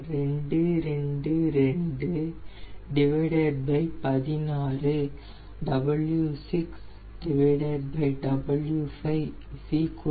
எனவே e ECLDMAX e 2400 0